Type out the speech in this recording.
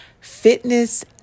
fitness